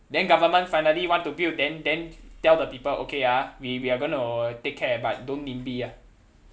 then government finally want to build then then tell the people okay ah we we are going to take care but don't nimby ah